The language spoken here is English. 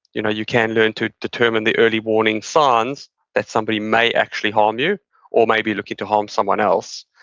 you know you can learn to determine the early warning signs that somebody may actually harm you or may be looking to harm someone else.